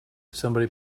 somebody